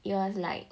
it was like